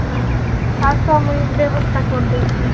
ହଁ ଆଉ ସବୁ ମୁଁ ବ୍ୟବସ୍ଥା କରିଦେଇଥିବି